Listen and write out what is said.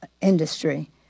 industry